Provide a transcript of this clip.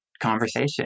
conversation